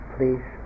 Please